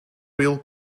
real